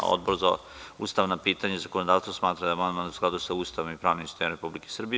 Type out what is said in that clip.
Odbor za ustavna pitanja i zakonodavstvo smatra da je amandman u skladu sa Ustavom i pravnim sistemom Republike Srbije.